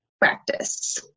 practice